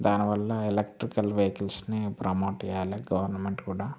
దానివల్ల ఎలక్ట్రికల్ వెహికల్స్ని ప్రమోట్ చేయాలి గవర్నమెంట్ కూడా